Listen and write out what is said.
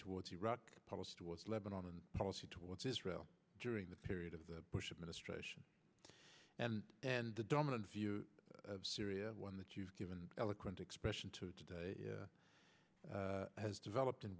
towards iraq policy towards lebanon policy towards israel during the period of the bush administration and the dominant view of syria one that you've given eloquent expression to today has developed in